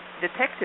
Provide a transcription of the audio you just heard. detective